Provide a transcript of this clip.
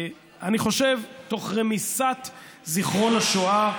אני חושב, תוך רמיסת זיכרון השואה.